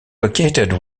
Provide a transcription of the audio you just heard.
located